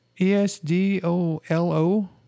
E-S-D-O-L-O